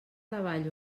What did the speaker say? davall